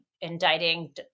indicting